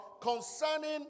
concerning